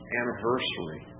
anniversary